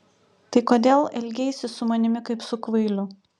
tai kodėl elgeisi su manimi kaip su kvailiu